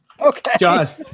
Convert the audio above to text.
Okay